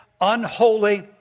unholy